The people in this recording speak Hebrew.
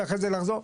ואחרי זה לחזור.